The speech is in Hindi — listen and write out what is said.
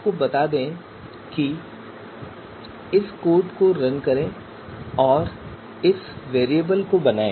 आपको बता दें कि इस कोड को रन करें और इस वेरिएबल को बनाएं